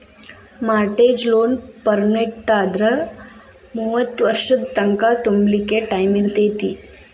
mortgage loan ಪೆಮೆನ್ಟಾದ್ರ ಮೂವತ್ತ್ ವರ್ಷದ್ ತಂಕಾ ತುಂಬ್ಲಿಕ್ಕೆ ಟೈಮಿರ್ತೇತಿ